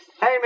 Hey